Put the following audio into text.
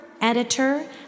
editor